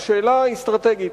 השאלה היא אסטרטגית.